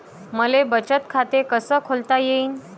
मले बचत खाते कसं खोलता येईन?